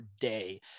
day